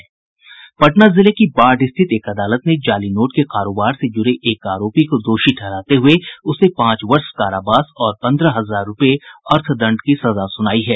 पटना जिले की बाढ़ स्थित एक अदालत ने जाली नोट के कारोबार से जुड़े एक आरोपी को दोषी ठहराते हुये उसे पांच वर्ष कारावास और पंद्रह हजार रूपये अर्थदंड की सजा सुनायी है